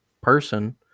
person